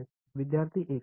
विद्यार्थी 1